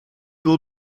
will